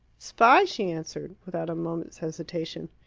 spy! she answered, without a moment's hesitation.